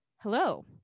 Hello